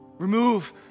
Remove